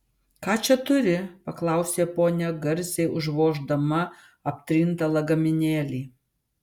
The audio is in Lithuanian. ką čia turi paklausė ponia garsiai užvoždama aptrintą lagaminėlį